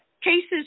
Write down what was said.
Cases